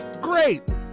great